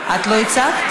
את לא הצגת?